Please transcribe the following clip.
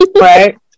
Right